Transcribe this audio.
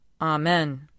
Amen